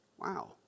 Wow